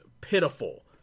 pitiful